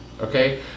okay